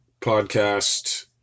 podcast